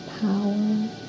power